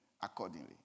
accordingly